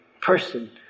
person